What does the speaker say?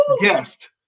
guest